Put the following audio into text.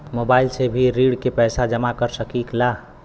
Mobile से भी ऋण के पैसा जमा कर सकी ला?